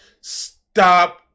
stop